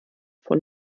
von